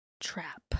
trap